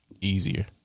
easier